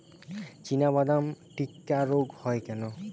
চিনাবাদাম টিক্কা রোগ হয় কেন?